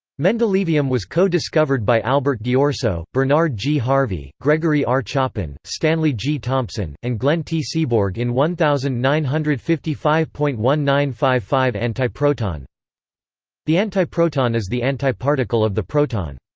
mendelevium was co-discovered by albert ghiorso, bernard g. harvey, gregory r. choppin, stanley g. thompson, and glenn t. seaborg in one thousand nine hundred and fifty five point one nine five five antiproton the antiproton is the antiparticle of the proton.